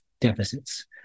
deficits